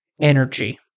energy